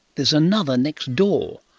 there's another next door.